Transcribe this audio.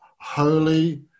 holy